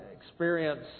experience